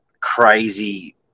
crazy